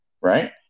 right